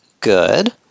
good